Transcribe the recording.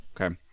Okay